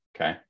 okay